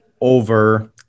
over